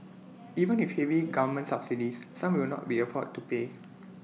even with heavy government subsidies some will not be afford to pay